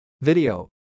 video